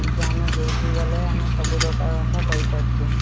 କିନ୍ତୁ ଆମେ ଯେଉଁଠିକି ଗଲେ ସବୁପ୍ରକାର ଭାଷା କହିପାରୁଛୁ